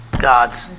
God's